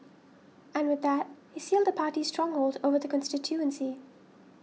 and with that he sealed the party's stronghold over the constituency